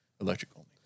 electrical